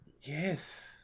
Yes